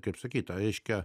kaip sakyta reiškia